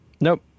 Nope